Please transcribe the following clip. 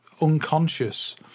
unconscious